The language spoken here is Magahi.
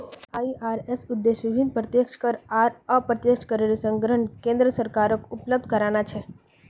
आई.आर.एस उद्देश्य विभिन्न प्रत्यक्ष कर आर अप्रत्यक्ष करेर संग्रह केन्द्र सरकारक उपलब्ध कराना छे